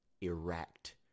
erect